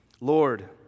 Lord